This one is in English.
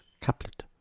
couplet